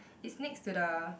is next to the